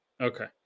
Okay